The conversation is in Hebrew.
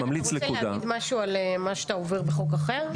ממליץ --- אתה רוצה להגיד משהו על מה שאתה עובר בחוק אחר?